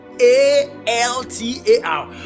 A-L-T-A-R